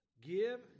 Give